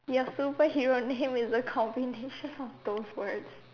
your superhero name is a combination of those words